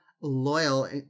loyal